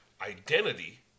identity